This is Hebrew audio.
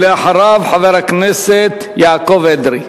ואחריו, חבר הכנסת יעקב אדרי.